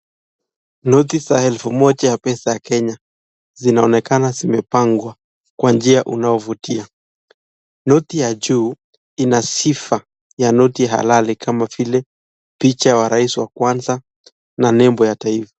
Noti za elfu moja ya pesa ya Kenya zinaonekana zimepangwa kwa njia unaofutia. Noti ya juu ina sifa ya noti halali kama vile picha wa rais wa kwanza na nembo ya taifa.